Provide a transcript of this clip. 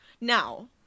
now